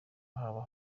haba